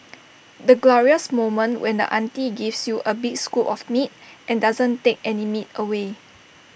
the glorious moment when the auntie gives you A big scoop of meat and doesn't take any meat away